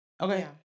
Okay